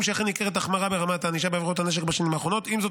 עם זאת,